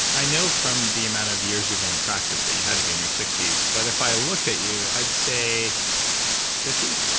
i know from the amount of years you've been in practice that you had to be in your sixty s, but if i looked at you, i'd say fifty.